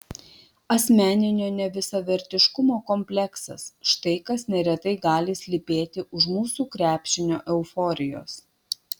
asmeninio nevisavertiškumo kompleksas štai kas neretai gali slypėti už mūsų krepšinio euforijos